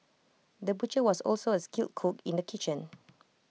the butcher was also A skilled cook in the kitchen